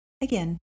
Again